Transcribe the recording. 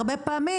הרבה פעמים,